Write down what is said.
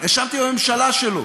ישבתי בממשלה שלו,